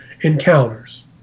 encounters